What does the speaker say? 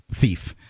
thief